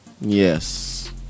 yes